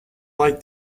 like